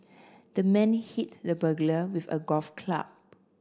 the man hit the burglar with a golf club